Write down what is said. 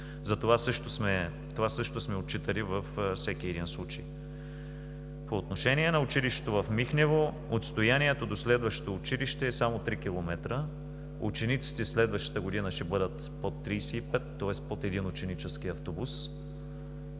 Това също сме отчитали във всеки един случай. По отношение на училището в Михнево, отстоянието до следващото училище е само 3 км. Следващата година учениците ще бъдат под 35, тоест под един ученически автобус